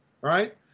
right